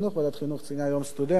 ועדת החינוך ציינה את יום הסטודנט,